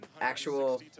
actual